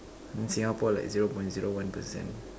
in Singapore like zero point zero one percent